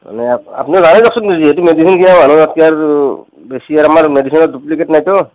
মানে আপ্নি জানেই দকচোন নিজেই হেইটো মেডিচিন কিনা মানহু তাতকে আৰ বেছি আৰু মেডিচিনত ডুপ্লিকেট নাইতো